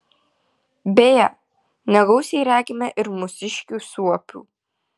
beje negausiai regime ir mūsiškių suopių